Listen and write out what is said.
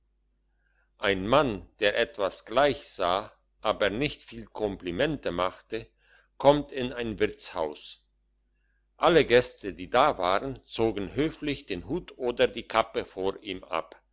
ein mann der etwas gleichsah aber nicht viel komplimente machte kommt in ein wirtshaus alle gäste die da waren zogen höflich den hut oder die kappe vor ihm ab